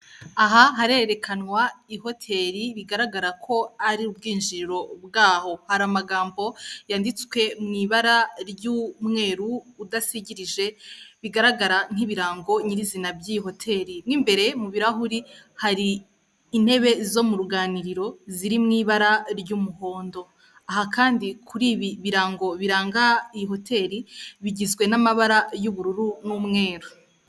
Aha harerekanwa ihoteli bigaragara ko ari ubwinjiriro bwaho, hari amagambo yanditswe mu ibara ry'umweruru udashigirije bigaragara nk'ibirango nyirizina by'iyi hotel n'imbere mu birarahuri hari intebe zo mu ruganiriro ziri mu ibara ry'umuhondo, aha kandi kuri ibi birango biranga iyi hotel bigizwe n'amabara y'ubururu n'umweru.